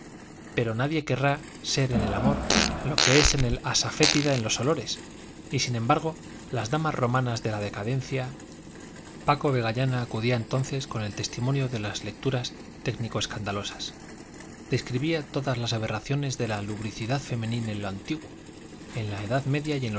pero nadie querrá ser en el amor lo que es el asafétida en los olores y sin embargo las damas romanas de la decadencia paco vegallana acudía entonces con el testimonio de las lecturas técnico escandalosas describía todas las aberraciones de la lubricidad femenil en lo antiguo en la edad media y en